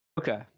okay